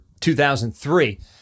2003